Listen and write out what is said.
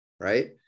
right